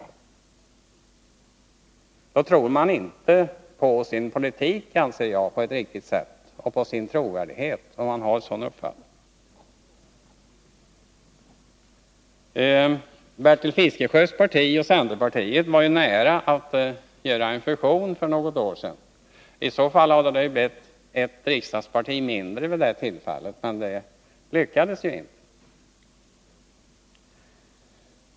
I så fall tror han inte på sin politik och sitt partis trovärdighet. Bertil Fiskesjös parti och folkpartiet var ju nära att göra en fusion för några år sedan. Om den fusionen hade blivit av hade det nu funnits ett riksdagsparti mindre.